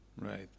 right